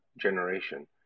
generation